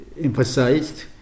emphasized